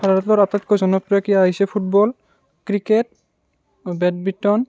ভাৰতৰ আটাইতকৈ জনপ্ৰিয় ক্ৰীড়া হৈছে ফুটবল ক্ৰিকেট বেডবিটন